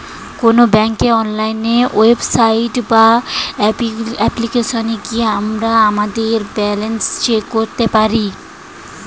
কোনো ব্যাঙ্কের online website বা অ্যাপ্লিকেশনে গিয়ে আমরা আমাদের ব্যালেন্স চেক করতে পারি